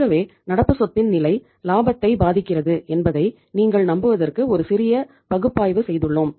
ஆகவே நடப்பு சொத்தின் நிலை லாபத்தை பாதிக்கிறது என்பதை நீங்கள் நம்புவதற்கு ஒரு சிறிய பகுப்பாய்வு செய்துள்ளோம்